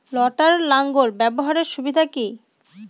লটার লাঙ্গল ব্যবহারের সুবিধা কি?